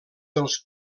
dels